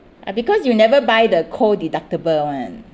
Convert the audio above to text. because you never buy the co-deductible one